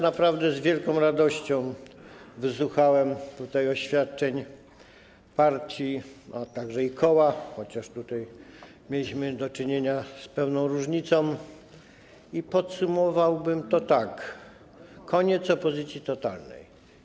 Naprawdę z wielką radością wysłuchałem oświadczeń partii, a także koła, chociaż tutaj mieliśmy do czynienia z pewną różnicą, i podsumowałbym to tak: koniec opozycji totalnej.